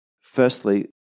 Firstly